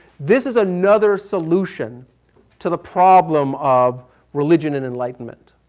this is another solution to the problem of religion and enlightenment.